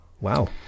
Wow